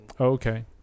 Okay